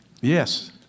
Yes